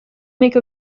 make